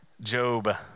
Job